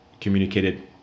communicated